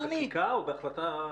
חקיקה או בהחלטה?